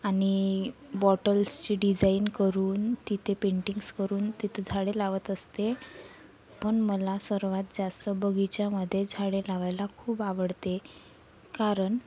आणि बॉटल्सची डिझाईन करून तिथे पेंटिंग्स करून तिथे झाडे लावत असते पण मला सर्वात जास्त बगिचामध्ये झाडे लावायला खूप आवडते कारण